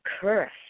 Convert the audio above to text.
cursed